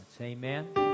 Amen